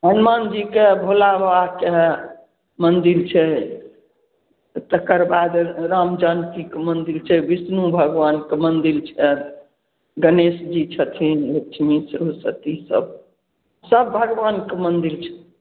हनुमान जीके भोलाबाबाके मन्दिल छै तकर बाद रामजानकीके मन्दिल छै बिष्णु भगवानके मन्दिल छनि गणेश जी छथिन लछमी सेहो छथिन सब सब भगबानके मन्दिल छनि